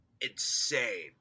Insane